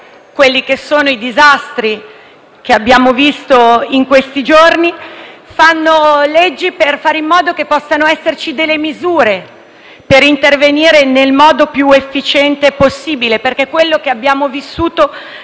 per prevenire i disastri che abbiamo visto negli ultimi giorni e per fare in modo che possano esserci delle misure per intervenire nel modo più efficiente possibile, affinché quello che abbiamo vissuto